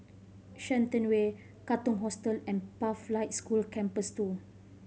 Shenton Way Katong Hostel and Pathlight School Campus Two